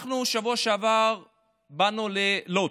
אנחנו בשבוע שעבר באנו ללוד,